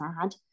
sad